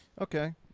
Okay